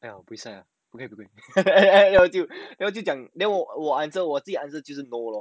算了不要 quit then then 我就讲 then 我自己 answer 就是 no lor ya